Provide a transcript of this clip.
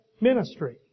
ministry